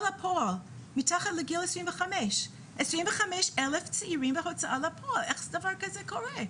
לפועל מתחת לגיל 25. איך דבר כזה קורה?